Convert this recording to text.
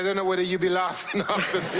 and know whether you'll be laughing